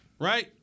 right